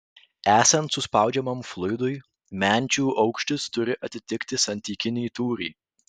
esant suspaudžiamam fluidui menčių aukštis turi atitikti santykinį tūrį